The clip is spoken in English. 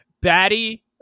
batty